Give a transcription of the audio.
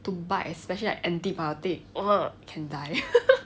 to bite especially like antibiotic err can die